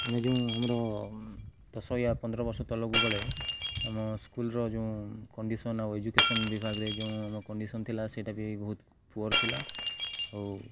ଆମେ ଯେଉଁ ଆମର ଦଶ ୟା ପନ୍ଦର ବର୍ଷ ତଳକୁ ଗଲେ ଆମ ସ୍କୁଲର ଯେଉଁ କଣ୍ଡିସନ୍ ଆଉ ଏଜୁକେସନ୍ ବିଭାଗରେ ଯେଉଁ ଆମ କଣ୍ଡିସନ୍ ଥିଲା ସେଇଟା ବି ବହୁତ ପୁଅର୍ ଥିଲା ଆଉ